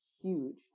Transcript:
huge